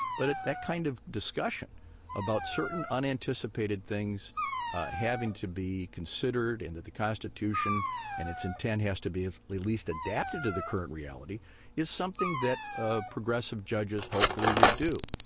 but at that kind of discussion about certain unanticipated things having to be considered into the constitution and its intent has to be as least adapted to the current reality is something that ah progressive judges hopefully would do.